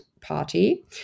party